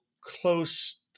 close